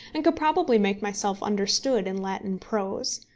and could probably make myself understood in latin prose.